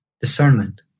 discernment